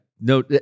No